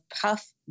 Puff